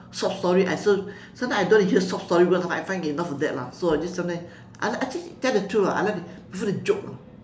short story I also sometimes I don't want to hear short story because I find enough of that lah so I just sometimes I actually tell the truth ah I like prefer to joke lah